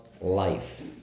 life